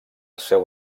seu